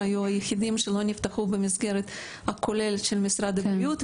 הם היו היחידים שלא נפתחו במסגרת הכוללת של משרד הבריאות,